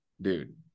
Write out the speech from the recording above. Dude